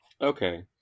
Okay